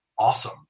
awesome